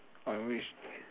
on which